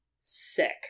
Sick